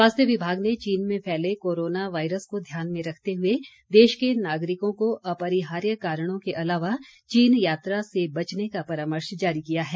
स्वास्थ्य विभाग ने चीन में फैले कोरोना वायरस को ध्यान में रखते हुए देश के नागरिकों को अपरिहार्य कारणों के अलावा चीन यात्रा से बचने का परामर्श जारी किया है